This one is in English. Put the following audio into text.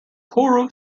choral